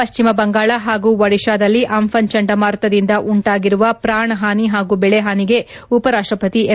ಪಶ್ಚಿಮ ಬಂಗಾಳ ಹಾಗೂ ಒಡಿಶಾದಲ್ಲಿ ಅಂಫನ್ ಚಂಡಮಾರುತದಿಂದ ಉಂಟಾಗಿರುವ ಪೂಣ ಹಾನಿ ಹಾಗೂ ಬೆಳೆ ಹಾನಿಗೆ ಉಪರಾಷ್ಟಪತಿ ಎಂ